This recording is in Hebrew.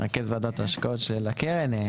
מרכז ועדת ההשקעות של הקרן,